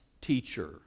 teacher